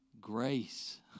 grace